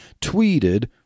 tweeted